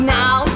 now